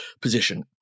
position